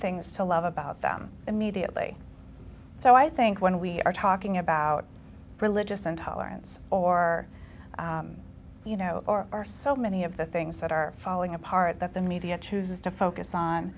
things to love about them immediately so i think when we are talking about religious intolerance or you know or are so many of the things that are falling apart that the media chooses to focus on